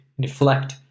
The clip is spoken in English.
deflect